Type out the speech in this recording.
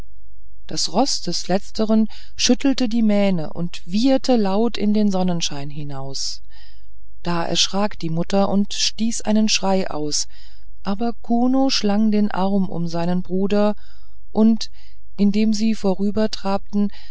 das roß des letzteren schüttelte die mähne und wieherte laut in den sonnenschein hinaus da erschrak die mutter und stieß einen schrei aus aber kuno schlang den arm um seinen bruder und indem sie